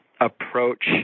approach